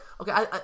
Okay